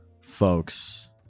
folks